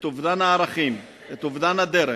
את אובדן הערכים, את אובדן הדרך,